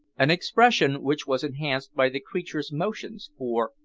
an expression which was enhanced by the creature's motions, for,